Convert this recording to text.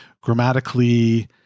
grammatically